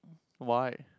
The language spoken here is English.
why